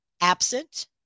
absent